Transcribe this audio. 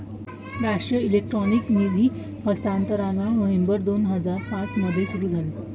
राष्ट्रीय इलेक्ट्रॉनिक निधी हस्तांतरण नोव्हेंबर दोन हजार पाँच मध्ये सुरू झाले